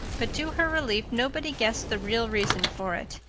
but to her relief nobody guessed the real reason for it,